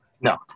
No